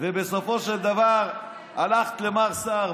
ובסופו של דבר הלכת למר סער.